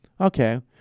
Okay